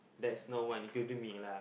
that's not what including me lah